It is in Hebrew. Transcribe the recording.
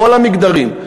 כל המגדרים,